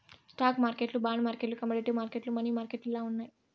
stock మార్కెట్లు bond మార్కెట్లు commodity మార్కెట్లు, మనీ మార్కెట్లు ఇలా ఉన్నాయి